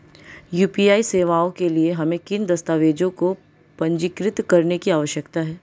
UPI सेवाओं के लिए हमें किन दस्तावेज़ों को पंजीकृत करने की आवश्यकता है?